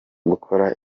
gukora